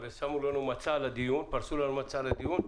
פרסו לנו מצע לדיון,